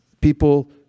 people